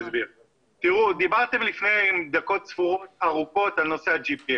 תראו, דיברתם ארוכות על נושא ה-GPS.